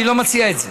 אני לא מציע את זה,